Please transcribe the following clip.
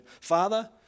Father